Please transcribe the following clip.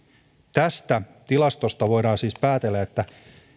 tästä tilastosta voidaan siis päätellä että kotoutuminen ei ole niin epäonnistunutta kuin usein annetaan